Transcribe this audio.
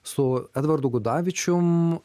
su edvardu gudavičium